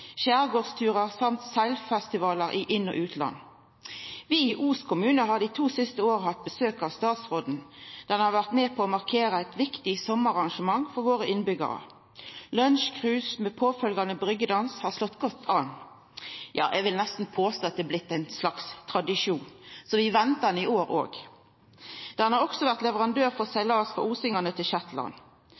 samt seglfestivalar i inn- og utland. Vi i Os kommune har dei to siste åra hatt besøk av Statsraaden der han har vore med på å markera eit viktig sommararrangement for våre innbyggjarar. Lunsjcruise med påfølgande bryggjedans har slått godt an – ja, eg vil nesten påstå at det har blitt ein slags tradisjon, så vi venta han i år òg. Han har òg vore leverandør for seglas for osingane til